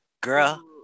girl